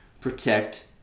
Protect